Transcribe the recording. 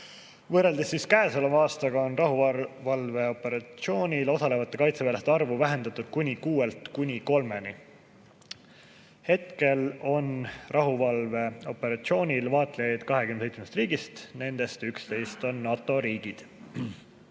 Võrreldes käesoleva aastaga on rahuvalveoperatsioonil osalevate kaitseväelaste arvu vähendatud kuuelt kuni kolmeni. Hetkel on rahuvalveoperatsioonil vaatlejaid 27 riigist, nendest 11 on NATO riigid.